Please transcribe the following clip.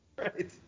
Right